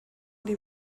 dem